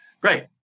Great